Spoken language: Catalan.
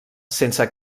sense